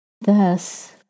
Thus